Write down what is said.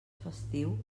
festiu